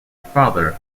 father